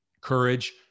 courage